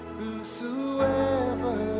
Whosoever